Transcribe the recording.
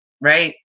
right